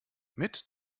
mit